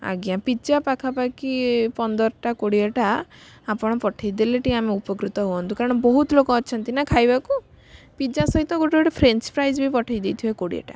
ଆଜ୍ଞା ପାଖାପାଖି ପନ୍ଦରଟା କୋଡ଼ିଏଟା ଆପଣ ପଠାଇ ଦେଲେ ଟିକେ ଆମେ ଉପକୃତ ହୁଅନ୍ତୁ କାରଣ ବହୁତ ଲୋକ ଅଛନ୍ତି ନାଁ ଖାଇବାକୁ ପିଜ୍ଜା ସହିତ ଗୋଟେ ଗୋଟେ ଫ୍ରେଞ୍ଚ୍ ଫ୍ରାଇଜ୍ ବି ପଠାଇ ଦେଇଥିବେ କୋଡ଼ିଏଟା